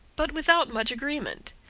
but without much agreement.